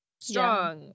strong